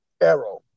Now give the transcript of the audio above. arrow